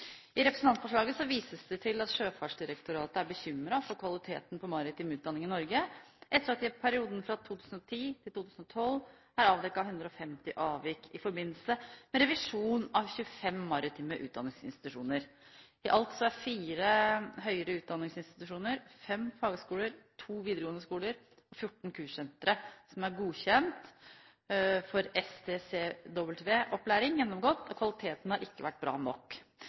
I representantforslaget vises det til at Sjøfartsdirektoratet er bekymret for kvaliteten på maritim utdanning i Norge etter at det i perioden fra 2010 til 2012 er avdekket 150 avvik i forbindelse med revisjon av 25 maritime utdanningsinstitusjoner. I alt er fire høyere utdanningsinstitusjoner, fem fagskoler, to videregående skoler og 14 kurssentre godkjent for STCW-opplæring gjennomgått, og kvaliteten har ikke vært bra nok.